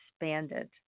expanded